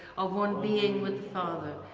of one being with the father.